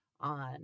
on